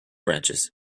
branches